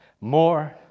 more